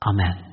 Amen